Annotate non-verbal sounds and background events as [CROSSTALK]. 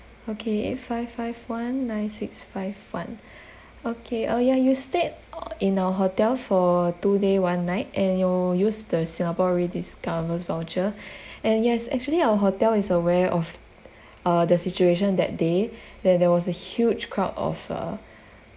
okay five five one nine six five one [BREATH] okay uh yeah you stayed orh in our hotel for two day one night and you used the singaporediscovers voucher [BREATH] and yes actually our hotel is aware of uh the situation that day [BREATH] where there was a huge crowd of uh